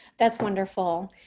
that's wonderful.